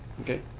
okay